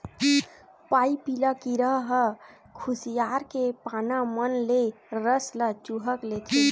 पाइपिला कीरा ह खुसियार के पाना मन ले रस ल चूंहक लेथे